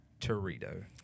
Torito